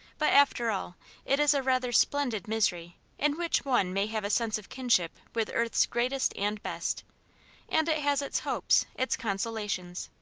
but after all it is a rather splendid misery in which one may have a sense of kinship with earth's greatest and best and it has its hopes, its consolations.